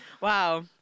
Wow